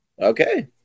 okay